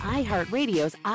iHeartRadio's